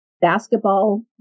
basketball